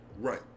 Right